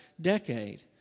decade